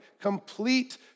complete